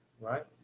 right